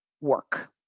work